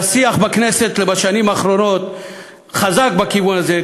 והשיח בכנסת בשנים האחרונות חזק בכיוון הזה,